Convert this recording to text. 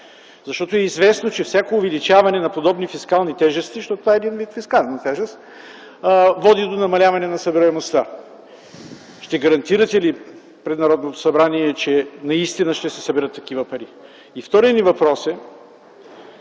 каса? Известно е, че всяко увеличаване на подобни фискални тежести, защото това е вид фискална тежест, води до намаляване на събираемостта. Ще гарантирате ли пред Народното събрание, че наистина ще се съберат такива пари?